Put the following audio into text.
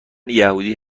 یهودی